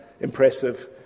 impressive